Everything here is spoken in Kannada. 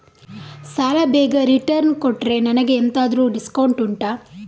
ಸಾಲ ಬೇಗ ರಿಟರ್ನ್ ಕೊಟ್ರೆ ನನಗೆ ಎಂತಾದ್ರೂ ಡಿಸ್ಕೌಂಟ್ ಉಂಟಾ